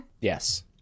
Yes